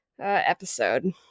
episode